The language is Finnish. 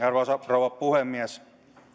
arvoisa rouva puhemies